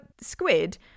squid